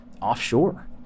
offshore